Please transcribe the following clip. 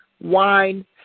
wine